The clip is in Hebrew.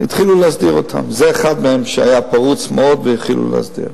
זה אחד מהם, שהיה פרוץ מאוד והתחילו להסדיר.